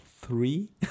three